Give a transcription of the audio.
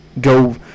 go